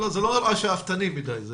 זה לא נראה שאפתני מדיי.